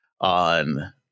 on